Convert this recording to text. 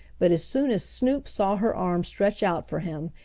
but as soon as snoop saw her arm stretch out for him,